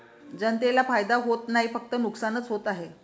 जनतेला फायदा होत नाही, फक्त नुकसानच होत आहे